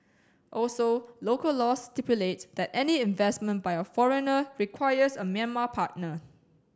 also local laws stipulate that any investment by a foreigner requires a Myanmar partner